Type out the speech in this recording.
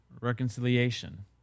reconciliation